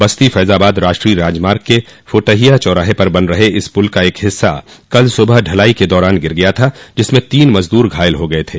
बस्ती फ़ैज़ाबाद राष्ट्रीय राजमार्ग के फुटहिया चौराहे पर बन रहे इस पुल का एक हिस्सा कल सुबह ढलाई के दौरान गिर गया था जिसमें तीन मज़दूर घायल हो गये थे